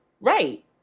Right